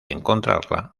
encontrarla